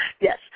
Yes